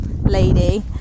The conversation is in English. lady